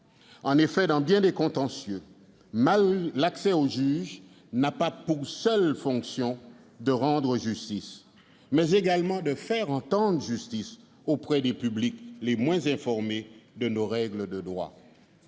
En effet, dans bien des contentieux, l'accès au juge a pour fonction non pas seulement de rendre justice, mais également de faire entendre justice auprès des publics les moins informés de nos règles de droit.